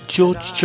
George